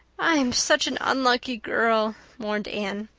i'm such an unlucky girl, mourned anne.